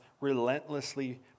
relentlessly